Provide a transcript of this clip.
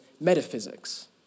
metaphysics